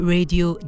Radio